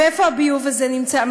ואיפה הביוב הזה נמצא?